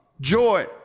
joy